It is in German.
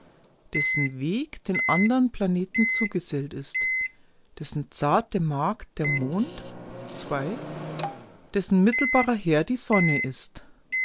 dessen weg den andern planeten zugesellt ist dessen zarte magd der mond dessen mittelbarer herr die sonne ist